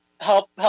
help